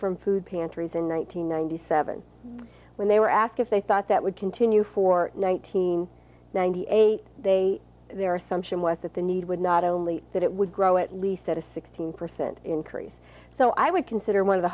from food pantries in one nine hundred ninety seven when they were asked if they thought that would continue for nineteen ninety eight they their assumption was that the need would not only that it would grow at least at a sixteen percent increase so i would consider one of the